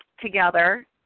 together